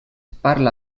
parla